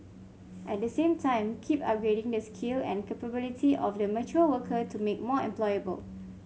at the same time keep upgrading the skill and capability of the mature worker to make more employable